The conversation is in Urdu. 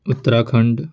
اتراکھنڈ